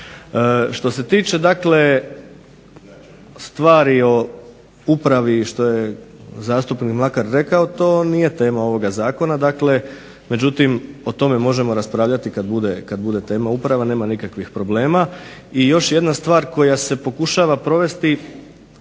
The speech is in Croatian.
Što se tiče stvari o upravi što je zastupnik Mlakar rekao, to nije tema ovoga zakona. Dakle, međutim o tome možemo raspravljati kada bude tema uprava, nema nikakvih problema. I još jedna stvar koja se pokušava provesti